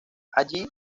allí